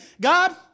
God